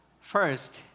first